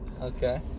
Okay